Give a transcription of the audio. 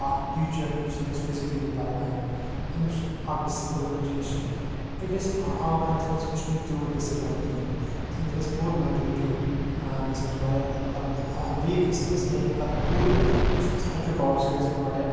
اکھ ٹیٖچر یُس أمِس فِزِکلی پَرناوِ أمِس اکھ ڈِسِپلن ہیٚچھِ یِژھ آن لاینَس مَنٛز ہیٚچھِ نہٕ یہِ تیوٗت ڈِسپلن کِہیٖنۍ أمِس گَژھِ پوٗرٕ میٚنٹیلِٹی گَژھِ أمِس واریاہ مَطلَب ویٖک گَژھِ أمِس یہِ ہیٚکہِ نہٕ پَتہٕ پوٗرٕ یُس أمِس آے کیوٗ پاوَر سُہ گَژھِ أمِس واریاہ